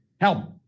help